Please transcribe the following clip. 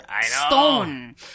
stone